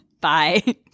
Bye